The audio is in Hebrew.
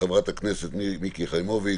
חברת הכנסת מיקי חיימוביץ',